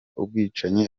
ubwicanyi